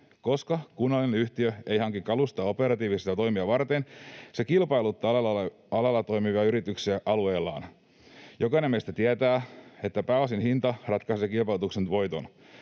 Koska kunnallinen yhtiö ei hanki kalustoa operatiivisia toimia varten, se kilpailuttaa alalla toimivia yrityksiä alueellaan. Jokainen meistä tietää, että pääosin hinta ratkaisee kilpailutuksen voiton.